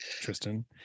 Tristan